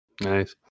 Nice